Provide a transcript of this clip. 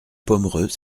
pomereux